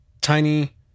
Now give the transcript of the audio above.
tiny